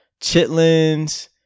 chitlins